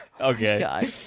Okay